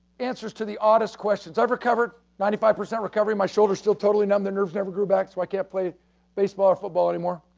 answers to the oddest questions. i've recovered, ninety five percent recovery. my shoulders still totally numb, the nerves never grew back, so i can't play baseball or football anymore.